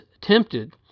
tempted